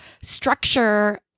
structure